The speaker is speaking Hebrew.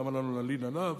למה לנו להלין עליו,